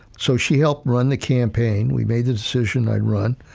so, she helped run the campaign, we made the decision i'd run.